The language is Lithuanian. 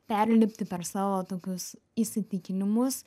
perlipti per savo tokius įsitikinimus